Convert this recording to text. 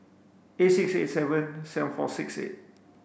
eight six eight seven seven four six eight